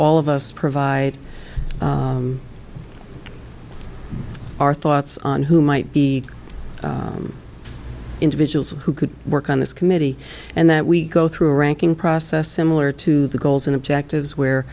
all of us provide our thoughts on who might be individuals who could work on this committee and that we go through a ranking process similar to the goals and objectives where